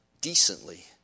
decently